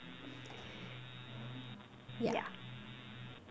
ya